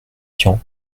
tian